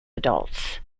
adults